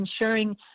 ensuring